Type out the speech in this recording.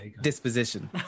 disposition